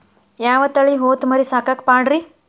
ಯಾವ ತಳಿ ಹೊತಮರಿ ಸಾಕಾಕ ಪಾಡ್ರೇ?